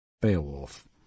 Beowulf